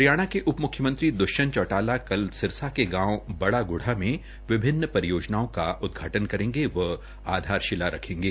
हरियाणा के उप मुख्यमंत्री दृष्यंत चौटाला कल सिरसा के गांव बड़ाग्रुढा में विभिन्न परियोजनाओं का उदघाटन करेंगे व आधारशिला रखेंगे